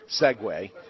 segue